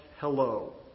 hello